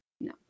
No